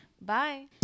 Bye